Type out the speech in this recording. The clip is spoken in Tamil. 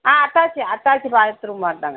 ah attach attach பாத்ரூமாட்டோங்க